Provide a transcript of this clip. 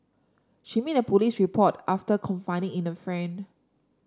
she made a police report after confiding in a friend